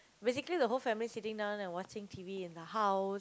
basically the whole family sitting down and watching T_V in the house